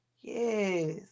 Yes